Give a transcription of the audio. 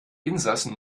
insassen